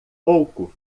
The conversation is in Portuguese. pouco